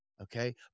Okay